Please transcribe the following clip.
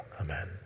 Amen